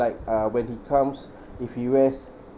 like uh when he comes if he wears